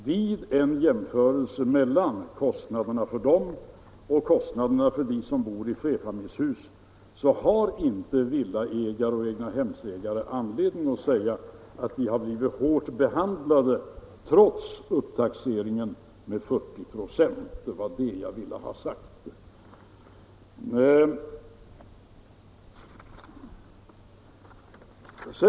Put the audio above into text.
Vid en jämförelse mellan kostnaderna för dem och kostnaderna för dem som bor i flerfamiljshus har inte villaägare och egnahemsägare anledning att säga att de blivit hårt behandlade, trots upptaxeringen med 40 96. Det var detta jag ville ha sagt.